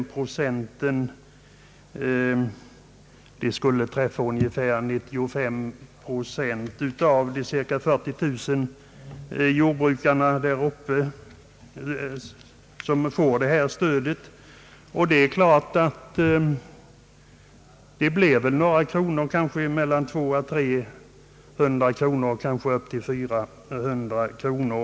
Uppräkningen skulle beröra ungefär 95 procent av de cirka 40 000 jordbrukare i norra Sverige som får det här stödet, och en 25-procentig ökning skulle ge mellan 200 och 300 kronor, kanske upp till 400 kronor.